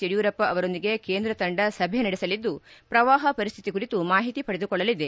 ಯಡಿಯೂರಪ್ಪ ಅವರೊಂದಿಗೆ ಕೇಂದ್ರ ತಂಡ ಸಭೆ ನಡೆಸಲಿದ್ದು ಪ್ರವಾಹ ಪರಿಸ್ಥಿತಿ ಕುರಿತು ಮಾಹಿತಿ ಪಡೆದುಕೊಳ್ಳಲಿದೆ